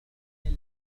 تحمل